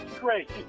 great